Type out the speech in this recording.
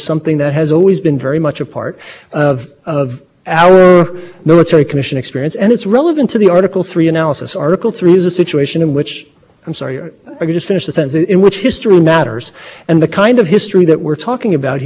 be under the quote law of war and that is this precise constraint that congress removed in two thousand and six from these military commissions and so i do think that it's a very different analysis that the court is going through now now that congress